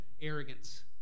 arrogance